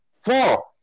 Four